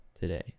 today